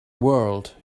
world